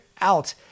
out